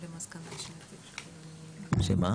שמה?